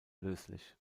löslich